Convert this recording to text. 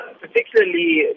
particularly